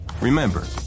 Remember